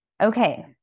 Okay